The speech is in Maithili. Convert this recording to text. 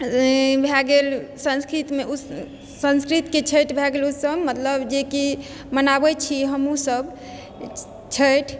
भऽ गेल संस्कृतमे संस्कृतके छैठ भए गेल उत्सव मतलब जेकि मनाबै छी हमहूँसब छैठ